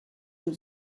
nous